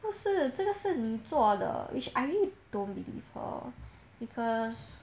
不是这个是你做的 which I really don't believe her because